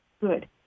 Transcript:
Good